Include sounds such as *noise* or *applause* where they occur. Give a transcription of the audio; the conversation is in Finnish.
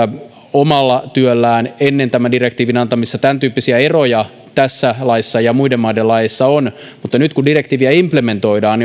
omalla työllään ennen tämän direktiivin antamista tämäntyyppisiä eroja tässä laissa ja muiden maiden laeissa on mutta nyt kun direktiiviä implementoidaan *unintelligible*